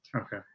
Okay